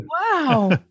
wow